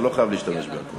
אתה לא חייב להשתמש בכול.